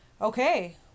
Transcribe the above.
Okay